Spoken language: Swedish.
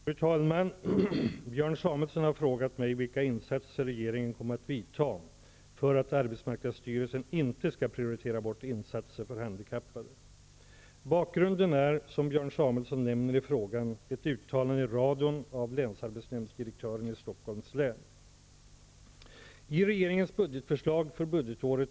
Fru talman! Björn Samuelson har frågat mig vilka insatser regeringen kommer att vidta för att arbetsmarknadsstyrelsen inte skall prioritera bort insatser för handikappade. Bakgrunden är, som Björn Samuelson nämner i frågan, ett uttalande i radion av länsarbetsdirektören i Stockholms län.